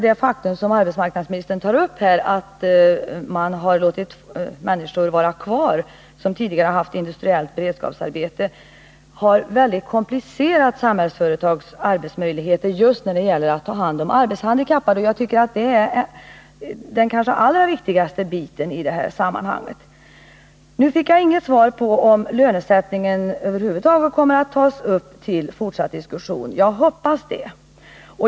Det faktum, som arbetsmarknadsministern tar upp här, att man låtit människor vara kvar, som tidigare har haft industriellt beredskapsarbete, har komplicerat Samhällsföretags möjligheter att ta hand om arbetshandikappade. Jag tycker att det är den kanske allra viktigaste delfrågan i detta sammanhang. Jag fick inget svar på frågan om lönesättningen kommer att tas upp till fortsatt diskussion. Jag hoppas det.